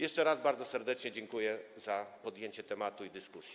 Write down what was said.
Jeszcze raz bardzo serdecznie dziękuję za podjęcie tematu i dyskusję.